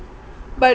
but